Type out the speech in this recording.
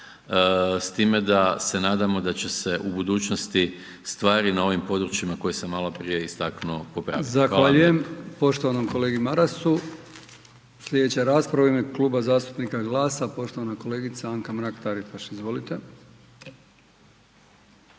s time da se nadam da će se u budućnosti stvari na ovim područjima koje sam maloprije istaknuo, popraviti.